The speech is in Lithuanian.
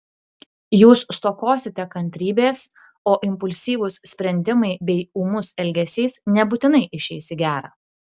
jūs stokosite kantrybės o impulsyvūs sprendimai bei ūmus elgesys nebūtinai išeis į gera